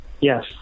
Yes